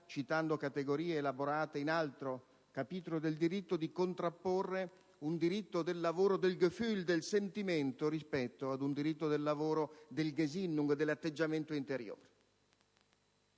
citando categorie elaborate in altro capitolo del diritto, di contrapporre un diritto del lavoro del *Gefuhl*, del sentimento, ad un diritto del lavoro del *Gesinnung*, cioè dell'atteggiamento interiore.